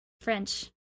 French